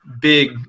big